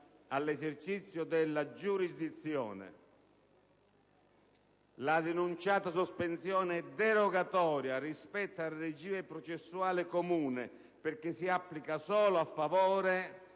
all'esercizio della giurisdizione". (...) La denunciata sospensione è derogatoria rispetto al regime processuale comune, perché si applica solo a favore